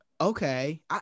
Okay